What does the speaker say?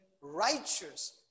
righteous